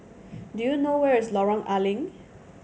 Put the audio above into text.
do you know where is Lorong A Leng